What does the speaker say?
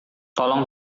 tolong